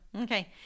okay